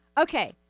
Okay